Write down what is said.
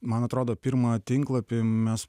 man atrodo pirmą tinklapį mes